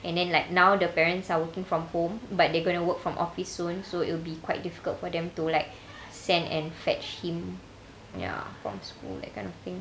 and then like now the parents are working from home but they're gonna work from office soon so it'll be quite difficult for them to like send and fetch him ya from school that kind of thing